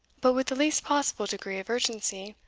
but with the least possible degree of urgency,